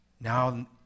Now